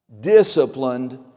disciplined